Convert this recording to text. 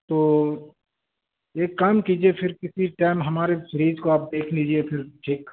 تو ایک کام کیجیے پھر کسی ٹائم ہمارے فریج کو آپ دیکھ لیجیے پھر ٹھیک